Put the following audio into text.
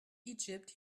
egypt